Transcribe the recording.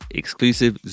exclusive